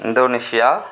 Indonesia